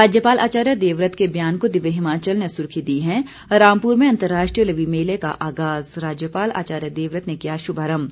राज्यपाल आचार्य देवव्रत के बयान को दिव्य हिमाचल ने सुर्खी दी है रामपुर में अंतर्राष्ट्रीय लवी मेले का आगाज राज्यपाल आचार्य देवव्रत ने किया शुभारम्भ